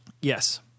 Yes